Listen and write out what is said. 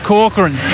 Corcoran